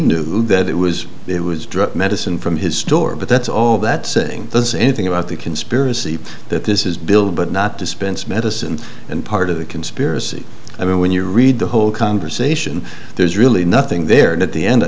knew that it was it was drug medicine from his store but that's all that saying does anything about the conspiracy that this is bill but not dispense medicine and part of the conspiracy i mean when you read the whole conversation there's really nothing there and at the end i